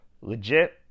Legit